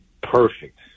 perfect